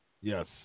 yes